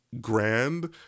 grand